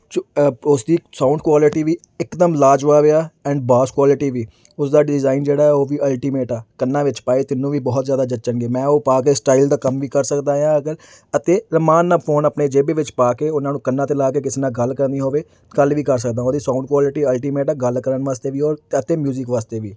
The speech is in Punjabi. ਚੂ ਉਸਦੀ ਸਾਊਂਡ ਕੁਆਲਿਟੀ ਵੀ ਇਕਦਮ ਲਾਜਵਾਬ ਆ ਐਂਡ ਬਾਸ ਕੁਆਲਿਟੀ ਵੀ ਉਸਦਾ ਡਿਜ਼ਾਈਨ ਜਿਹੜਾ ਉਹ ਵੀ ਅਲਟੀਮੇਟ ਆ ਕੰਨਾਂ ਵਿੱਚ ਪਾਏ ਤੈਨੂੰ ਵੀ ਬਹੁਤ ਜ਼ਿਆਦਾ ਜੱਚਣਗੇ ਮੈਂ ਉਹ ਪਾ ਕੇ ਸਟਾਈਲ ਦਾ ਕੰਮ ਵੀ ਕਰ ਸਕਦਾ ਹਾਂ ਅਗਰ ਅਤੇ ਅਰਮਾਨ ਨਾਲ ਫ਼ੋਨ ਆਪਣੇ ਜੇਬ ਵਿੱਚ ਪਾ ਕੇ ਉਹਨਾਂ ਨੂੰ ਕੰਨਾਂ 'ਤੇ ਲਾ ਕੇ ਕਿਸੇ ਨਾਲ ਗੱਲ ਕਰਨੀ ਹੋਵੇ ਗੱਲ ਵੀ ਕਰ ਸਕਦਾ ਉਹਦੀ ਸਾਊਂਡ ਕੁਆਲਿਟੀ ਅਲਟੀਮੇਟ ਆ ਗੱਲ ਕਰਨ ਵਾਸਤੇ ਵੀ ਔਰ ਅਤੇ ਮਿਊਜ਼ਿਕ ਵਾਸਤੇ ਵੀ